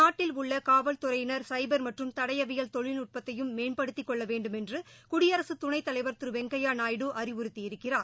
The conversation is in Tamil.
நாட்டில் உள்ள காவல்துறையினர் சைபர் மற்றும் தடவியல் தொழில்நுட்பத்தையும் மேம்படுத்தி கொள்ள வேண்டுமென்று குடியரசு துணைத்தலைவர் திரு வெங்கையா நாயுடு அறிவறுத்தி இருக்கிறார்